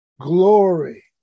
glory